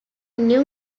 new